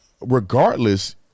regardless